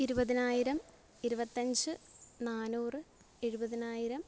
ഇരുപതിനായിരം ഇരുപത്തി അഞ്ച് നാനൂറ് എഴുപതിനായിരം